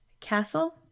Castle